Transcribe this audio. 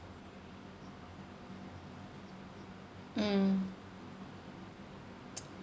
mm